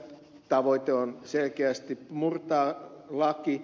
tavoite on selkeästi murtaa laki